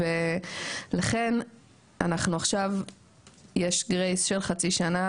ולכן אנחנו עכשיו יש גרייס של חצי שנה,